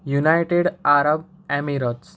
United Arab Emirates